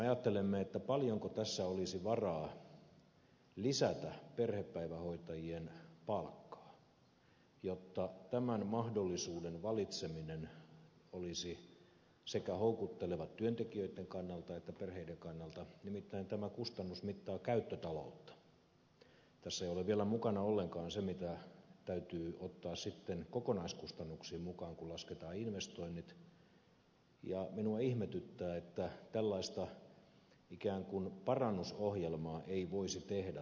jos ajattelemme paljonko tässä olisi varaa lisätä perhepäivähoitajien palkkaa jotta tämän mahdollisuuden valitseminen olisi houkuttelevaa sekä työntekijöitten kannalta että perheiden kannalta nimittäin tämä kustannus mittaa käyttötaloutta tässä ei ole vielä mukana ollenkaan se mikä täytyy ottaa kokonaiskustannuksiin kun mukaan lasketaan investoinnit minua ihmetyttää että tällaista ikään kuin parannusohjelmaa ei voisi tehdä tai suositella